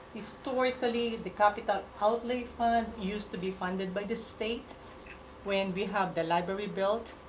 historically the capital outlay fund used to be funded by the state when we had the library built.